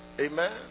Amen